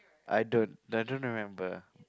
I don't I don't remember